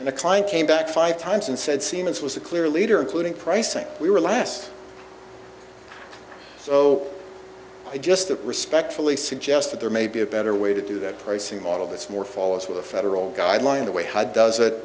and the client came back five times and said siemens was a clear leader including pricing we were last so i just to respectfully suggest that there may be a better way to do that pricing model that's more fall of the federal guidelines the way how does